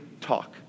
talk